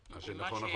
מה שנכון נכון.